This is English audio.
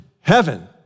heaven